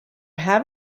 have